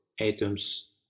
atoms